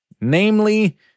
Namely